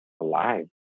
alive